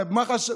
ומח"ש,